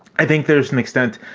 i think there's an extent.